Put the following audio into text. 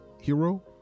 hero